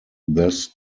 this